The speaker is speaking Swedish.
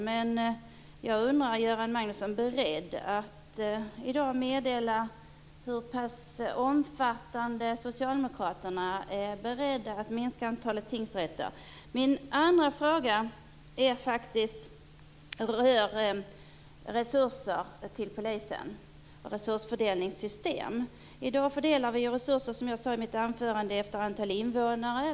Men jag undrar om Göran Magnusson är beredd att i dag meddela hur pass omfattande minskning som Socialdemokraterna är beredda att göra av antalet tingsrätter. Min andra fråga rör resurser till polisen - resursfördelningssystemet. I dag fördelar vi resurserna, som jag sade i mitt anförande, efter antalet invånare.